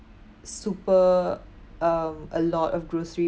super um a lot of grocery